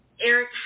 Eric